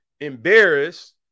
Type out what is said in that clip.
embarrassed